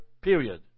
period